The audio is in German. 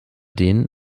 den